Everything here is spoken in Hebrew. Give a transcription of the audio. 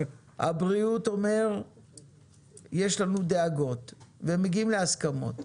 משרד הבריאות אומר יש לנו דאגות ומגיעים להסכמות.